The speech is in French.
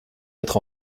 mettre